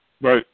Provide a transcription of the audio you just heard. Right